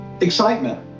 excitement